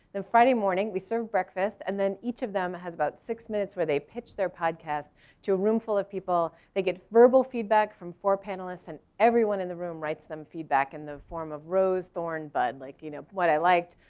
then friday morning we serve breakfast and then each of them has about six minutes where they pitch their podcast to a room full of people. they get verbal feedback from four panelists and everyone in the room writes them feedback in the form of rose thorn bud. like you know what i liked,